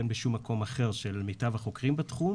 אין בשום מקום אחר של מיטב החוקרים בתחום,